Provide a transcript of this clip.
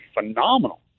phenomenal